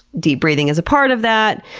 deep breathing is a part of that.